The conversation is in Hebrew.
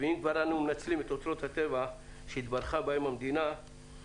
אם כבר אנו מנצלים את אוצרות הטבע שהתברכה בהם המדינה הציבור